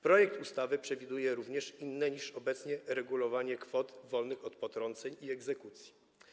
Projekt ustawy przewiduje również inne niż obecnie uregulowanie kwot wolnych od potrąceń i egzekucji.